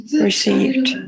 received